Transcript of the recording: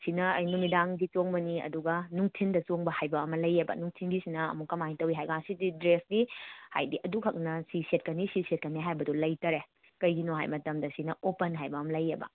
ꯁꯤꯅ ꯅꯨꯃꯤꯗꯥꯡꯒꯤ ꯆꯣꯡꯕꯅꯤ ꯑꯗꯨꯒ ꯅꯨꯡꯊꯤꯟꯗ ꯆꯣꯡꯕ ꯍꯥꯏꯕ ꯑꯃ ꯂꯩꯑꯦꯕ ꯅꯨꯡꯊꯤꯟꯒꯤꯁꯤꯅ ꯑꯃꯨꯛꯀ ꯀꯃꯥꯏꯅ ꯇꯧꯋꯤ ꯍꯥꯏꯀꯥꯟꯗ ꯁꯤꯗꯤ ꯗ꯭ꯔꯦꯁꯇꯤ ꯍꯥꯏꯗꯤ ꯑꯗꯨꯈꯛꯅ ꯁꯤ ꯁꯦꯠꯀꯅꯤ ꯁꯤ ꯁꯦꯠꯀꯅꯤ ꯍꯥꯏꯕꯗꯨ ꯂꯩꯇ꯭ꯔꯦ ꯀꯩꯒꯤꯅꯣ ꯍꯥꯏ ꯃꯇꯝꯗ ꯁꯤꯅ ꯑꯣꯄꯟ ꯍꯥꯏꯕ ꯑꯃ ꯂꯩꯑꯦꯕ